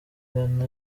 mbaraga